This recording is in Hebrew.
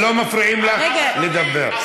לא מפריעים לך לדבר.